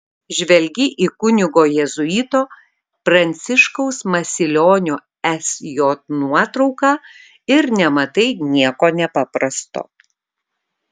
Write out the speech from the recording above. žvelgi į kunigo jėzuito pranciškaus masilionio sj nuotrauką ir nematai nieko nepaprasto